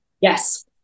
Yes